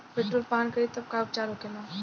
Petrol पान करी तब का उपचार होखेला?